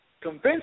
convince